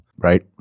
Right